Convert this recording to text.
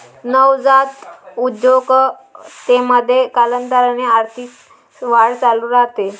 नवजात उद्योजकतेमध्ये, कालांतराने आर्थिक वाढ चालू राहते